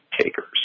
takers